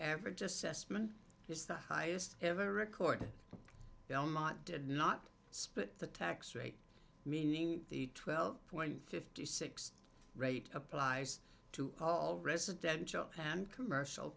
average assessment is the highest ever recorded belmont did not split the tax rate meaning the twelve point fifty six rate applies to all residential and commercial